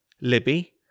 Libby